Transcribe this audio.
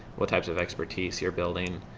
what types of expertise your building,